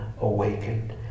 awakened